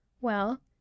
Well